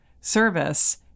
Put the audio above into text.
service